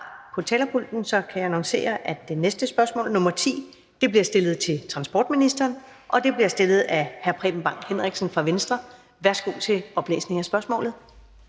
på talerpulten, kan jeg annoncere, at det næste spørgsmål, nr. 10, bliver stillet til transportministeren, og det bliver stillet af hr. Preben Bang Henriksen fra Venstre. Kl. 14:12 Spm.